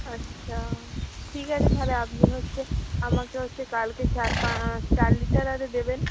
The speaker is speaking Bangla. আচ্ছা ঠিক আছে তাহলে আপনি হচ্ছে আমাকে হচ্ছে কালকে চার পাঁচ চার লিটার আগে দেবেন